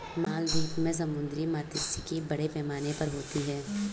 मालदीव में समुद्री मात्स्यिकी बड़े पैमाने पर होती होगी